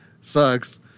sucks